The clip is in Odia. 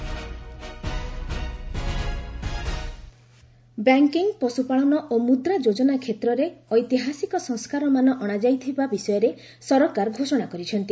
କ୍ୟାବିନେଟ୍ ଜାବ୍ଡେକର ବ୍ୟାଙ୍କିଙ୍ଗ୍ ପଶୁପାଳନ ଓ ମୁଦ୍ରା ଯୋଜନା କ୍ଷେତ୍ରରେ ଐତିହାସିକ ସଂସ୍କାରମାନ ଅଶାଯାଇଥିବା ବିଷୟରେ ସରକାର ଘୋଷଣା କରିଛନ୍ତି